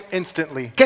instantly